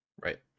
right